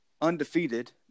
undefeated